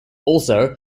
also